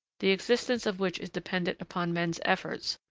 the existence of which is dependent upon men's efforts,